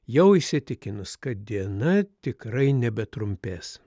jau įsitikinus kad diena tikrai nebetrumpės